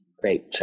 Great